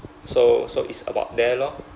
so so it's about there lor